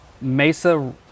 Mesa